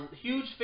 huge